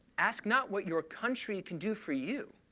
ask not what your country can do for you,